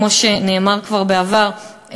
כמו שנאמר כבר בעבר,